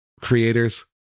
creators